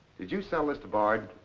did you sell this to bard?